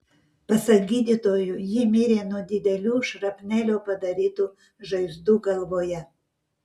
pasak gydytojų ji mirė nuo didelių šrapnelio padarytų žaizdų galvoje